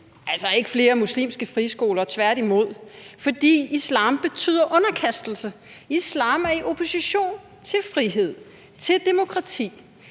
altså ikke flere muslimske friskoler, tværtimod, for islam betyder underkastelse, og islam er i opposition til frihed, til demokrati